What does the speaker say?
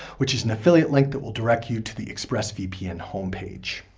which is an affiliate link that will direct you to the expressvpn homepage.